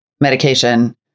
medication